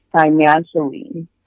financially